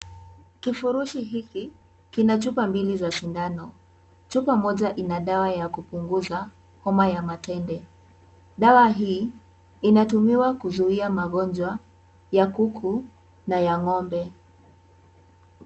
Kifurushi hiki kina chupa mbili za sindano. Chupa moja ina dawa ya kupunguza homa ya matende. Dawa hii inatumiwa kuzuia magonjwa ya kuku na ya ng'ombe.